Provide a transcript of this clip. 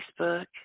Facebook